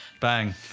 Bang